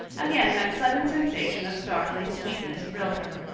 again that sudden sensation of startling sweetness thrilled her.